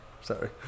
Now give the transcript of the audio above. sorry